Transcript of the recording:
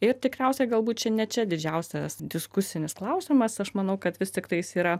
ir tikriausiai galbūt čia ne čia didžiausias diskusinis klausimas aš manau kad vis tiktai jis yra